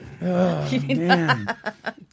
man